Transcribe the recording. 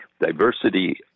diversity